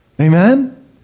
Amen